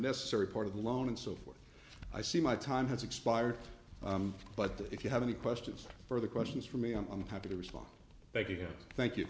necessary part of the loan and so forth i see my time has expired but that if you have any questions for the questions for me i'm happy to respond thank you thank you